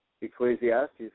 Ecclesiastes